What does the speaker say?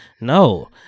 no